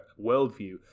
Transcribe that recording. worldview